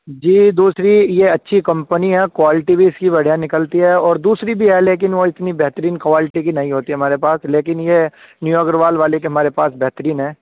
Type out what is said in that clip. جی دوسری یہ اچھی کمپنی ہے کوائلٹی بھی اس کی بڑھیا نکلتی ہے اور دوسری بھی ہے لیکن وہ اتنی بہترین کوائلٹی کی نہیں ہوتی ہمارے پاس لیکن یہ نیو اگروال والے کی ہمارے پاس بہترین ہے